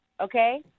Okay